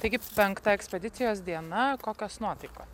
taigi penkta ekspedicijos diena kokios nuotaikos